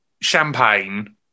champagne